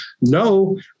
no